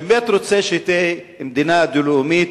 אני באמת רוצה שתהיה מדינה דו-לאומית.